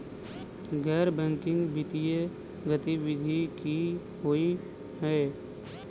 गैर बैंकिंग वित्तीय गतिविधि की होइ है?